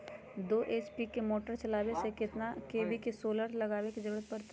दो एच.पी के मोटर चलावे ले कितना के.वी के सोलर लगावे के जरूरत पड़ते?